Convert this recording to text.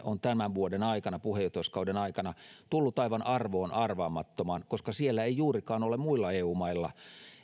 on tämän vuoden aikana puheenjohtajuuskauden aikana tullut aivan arvoon arvaamattomaan koska siellä ei juurikaan ole muilla eu mailla